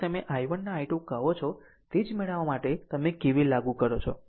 હવે તમે જેને i1 અને i2 કહો છો તે જ મેળવવા માટે તમે KVL લાગુ કરો છો